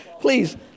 please